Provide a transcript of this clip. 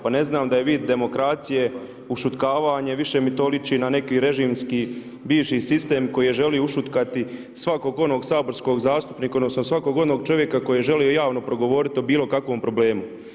Pa ne znam da je vid demokracije ušutkavanje, više mi to liči na neki režimski bivši sistem koji je želio ušutkati svakog onog saborskog zastupnika odnosno svakog onog čovjeka koji je želio javno progovoriti o bilokakvom problemu.